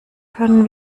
können